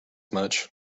much